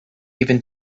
even